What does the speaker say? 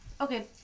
Okay